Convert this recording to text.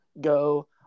Go